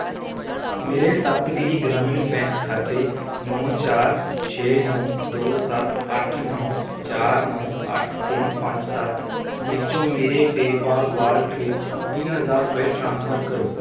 ਮੇਰੇ ਸਪਤਗਿਰੀ ਗ੍ਰਾਮੀਣ ਬੈਂਕ ਖਾਤੇ ਨੌਂ ਚਾਰ ਛੇ ਨੌਂ ਦੋ ਸੱਤ ਅੱਠ ਨੌਂ ਚਾਰ ਨੌਂ ਅੱਠ ਤਿੰਨ ਪੰਜ ਸੱਤ ਵਿੱਚੋਂ ਮੇਰੇ ਪੇਅਪਾਲ ਵਾਲਟ ਵਿੱਚ ਤੀਹ ਹਜ਼ਾਰ ਰੁਪਏ ਟਰਾਂਸਫਰ ਕਰੋ